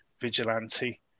vigilante